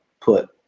put